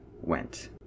went